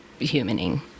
humaning